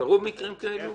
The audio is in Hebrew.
קרו מקרים כאלו?